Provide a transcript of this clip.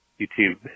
YouTube